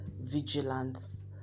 vigilance